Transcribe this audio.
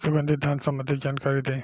सुगंधित धान संबंधित जानकारी दी?